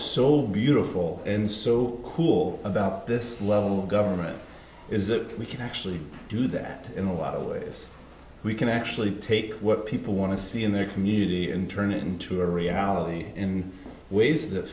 so beautiful and so cool about this level of government is that we can actually do that in a lot of ways we can actually take what people want to see in their community and turn it into a reality in ways that